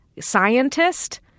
scientist